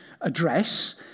address